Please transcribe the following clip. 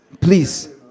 Please